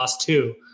two